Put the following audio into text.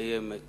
ולקיים את